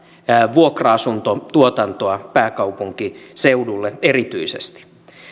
vuokra asuntotuotantoa pääkaupunkiseudulle erityisesti